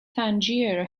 tangier